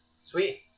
Sweet